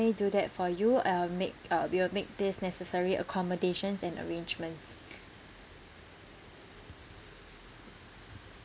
do that for you uh make uh we will make this necessary accommodations and arrangements